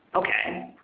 okay,